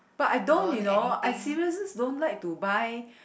but I don't you know I seriously don't like to buy